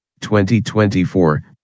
2024